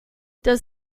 does